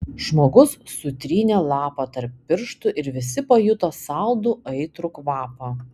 žmogus sutrynė lapą tarp pirštų ir visi pajuto saldų aitrų kvapą